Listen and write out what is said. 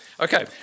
Okay